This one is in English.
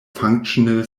functional